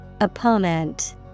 Opponent